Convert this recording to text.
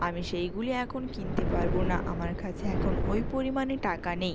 আমি সেইগুলি এখন কিনতে পারবো না আমার কাছে এখন ওই পরিমাণে টাকা নেই